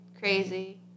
crazy